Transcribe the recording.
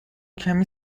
کمی